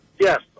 Yes